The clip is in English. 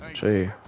See